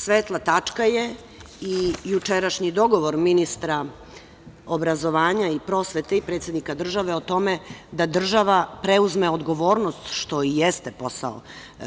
Svetla tačka je i jučerašnji dogovor ministra obrazovanja i prosvete i predsednika države o tome da država preuzme odgovornost, što i jeste posao